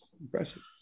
Impressive